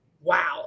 Wow